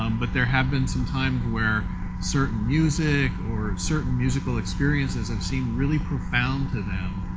um but there have been some time where certain music or certain musical experiences have seen really profound to them